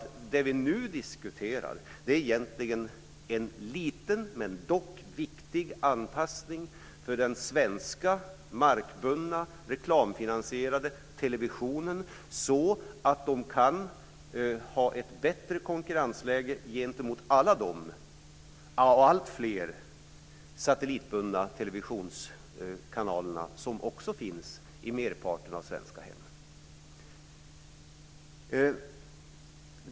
Det vi nu diskuterar är egentligen en liten, men dock viktig, anpassning för den svenska markbundna reklamfinansierade televisionen, så att man får ett bättre konkurrensläge gentemot de alltfler satellitbundna televisionskanalerna som också finns i merparten av de svenska hemmen.